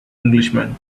englishman